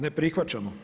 Ne prihvaćamo.